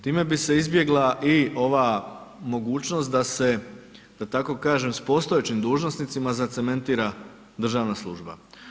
Time bi se izbjegla i ova mogućnost da se, da tako kažem, s postojećim dužnosnicima zacementira državna služba.